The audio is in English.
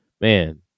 Man